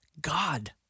God